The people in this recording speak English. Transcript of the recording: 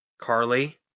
Carly